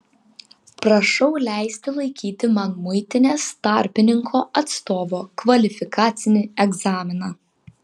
prašau leisti laikyti man muitinės tarpininko atstovo kvalifikacinį egzaminą